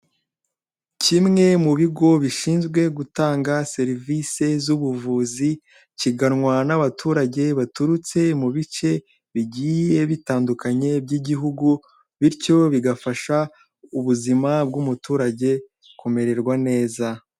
Kimwe mu bigo bishinzwe gutanga serivisi z'ubuvuzi kiganwa n'abaturage baturutse mu bice bigiye bitandukanye by'Igihugu bityo bigafasha ubuzima bw'umuturage kumererwa neza.